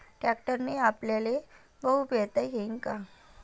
ट्रॅक्टरने आपल्याले गहू पेरता येईन का?